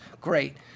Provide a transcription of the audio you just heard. great